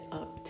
up